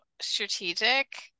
strategic